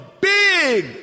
big